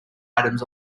items